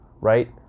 right